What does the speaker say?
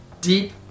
Deep